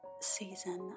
season